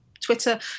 Twitter